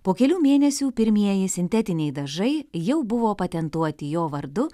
po kelių mėnesių pirmieji sintetiniai dažai jau buvo patentuoti jo vardu